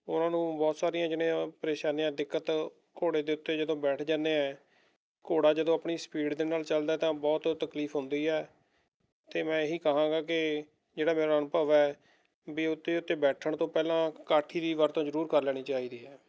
ਉਹਨਾਂ ਨੂੰ ਬਹੁਤ ਸਾਰੀਆਂ ਜਿਹੜੀਆਂ ਪਰੇਸ਼ਾਨੀਆਂ ਦਿੱਕਤ ਘੋੜੇ ਦੇ ਉੱਤੇ ਜਦੋਂ ਬੈਠ ਜਾਂਦੇ ਹੈ ਘੋੜਾ ਜਦੋਂ ਆਪਣੀ ਸਪੀਡ ਦੇ ਨਾਲ ਚੱਲਦਾ ਤਾਂ ਬਹੁਤ ਤਕਲੀਫ ਹੁੰਦੀ ਹੈ ਅਤੇ ਮੈਂ ਇਹੀ ਕਹਾਂਗਾ ਕਿ ਜਿਹੜਾ ਮੇਰਾ ਅਨੁਭਵ ਹੈ ਵੀ ਉਹਦੇ ਉੱਤੇ ਬੈਠਣ ਤੋਂ ਪਹਿਲਾਂ ਕਾਠੀ ਵੀ ਵਰਤੋਂ ਜ਼ਰੂਰ ਕਰ ਲੈਣੀ ਚਾਹੀਦੀ ਹੈ